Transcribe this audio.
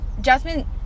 Jasmine